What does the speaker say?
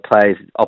players